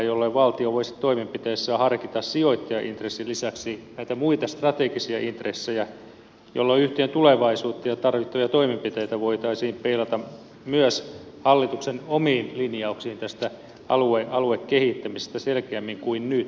silloin valtio voisi toimenpiteissään harkita sijoittajaintressin lisäksi näitä muita strategisia intressejä jolloin yhtiön tulevaisuutta ja tarvittavia toimenpiteitä voitaisiin peilata myös hallituksen omiin linjauksiin tästä alueen kehittämisestä selkeämmin kuin nyt